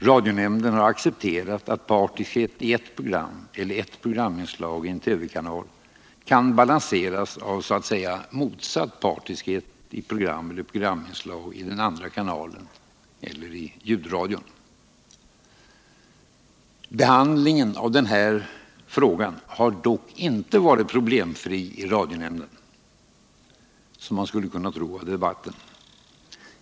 Radionämnden har accepterat att partiskhet i ett program eller ett programinslag i en TV-kanal kan balanseras av så att säga motsatt partiskhet i program eller programinslag i den andra kanalen — eller i ljudradion. Behandlingen av denna fråga har dock inte varit problemfri i radionämnden, som man skulle kunna tro av debatten.